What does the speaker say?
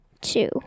Two